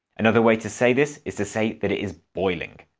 another way to say this is to say that it is boiling.